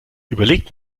überlegt